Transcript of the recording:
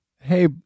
hey